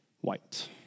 White